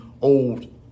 old